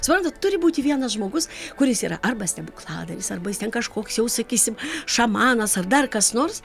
svarbu turi būti vienas žmogus kuris yra arba stebukladaris arba jis ten kažkoks jau sakysim šamanas ar dar kas nors